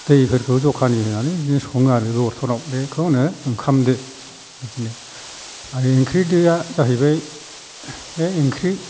दैफोरखौ जखानि होनानै बिदिनो सङो आराे बे बर्थनआव बेखौ होनो ओंखाम दो बिदिनो आरो ओंख्रि दोआ जाहैबाय बे ओंख्रि